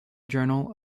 journal